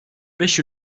beş